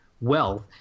wealth